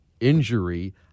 injury